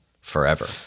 forever